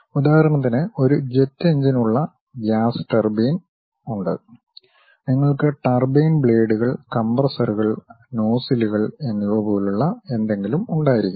ഉദാഹരണത്തിന് ഒരു ജെറ്റ് എഞ്ചിനുള്ള ഗ്യാസ് ടർബൈൻ ഉണ്ട് നിങ്ങൾക്ക് ടർബൈൻ ബ്ലേഡുകൾ കംപ്രസ്സറുകൾ നോസിലുകൾ എന്നിവ പോലുള്ള എന്തെങ്കിലും ഉണ്ടായിരിക്കാം